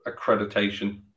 accreditation